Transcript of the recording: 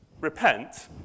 repent